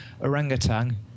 orangutan